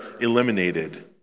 eliminated